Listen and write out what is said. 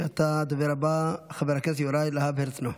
ועתה הדובר הבא, חבר הכנסת יוראי להב הרצנו.